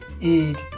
eat